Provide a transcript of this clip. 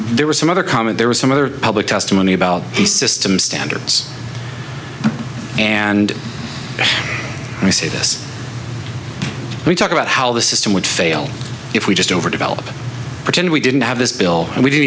there was some other comment there was some other public testimony about the system standards and i say this we talk about how the system would fail if we just over develop it and we didn't have this bill and we didn't